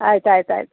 ಆಯ್ತು ಆಯ್ತು ಆಯ್ತು